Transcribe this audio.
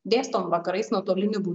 dėstom vakarais nuotoliniu būdu